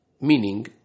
meaning